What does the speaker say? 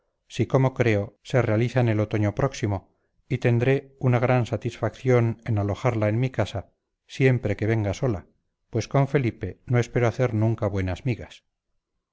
si como creo se realiza en el otoño próximo y tendré una gran satisfacción en alojarla en mi casa siempre que venga sola pues con felipe no espero hacer nunca buenas migas